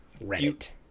right